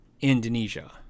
Indonesia